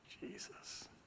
Jesus